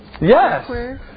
Yes